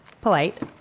Polite